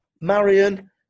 Marion